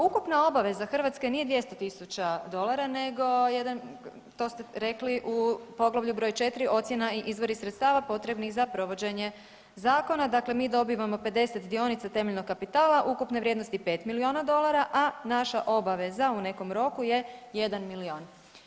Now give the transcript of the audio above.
Ukupna obaveza Hrvatske nije 200 tisuća dolara nego jedan, to ste rekli u poglavlju br. 4, ocjena i izvori sredstava potrebni za provođenja zakona, dakle mi dobivamo 50 dionica temeljnog kapitala ukupne vrijednosti 5 milijuna dolara, a naša obaveza u nekom roku je 1 milijun.